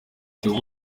theo